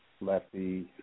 Lefty